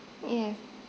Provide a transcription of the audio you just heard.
yeah